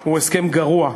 הוא הסכם גרוע,